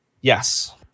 yes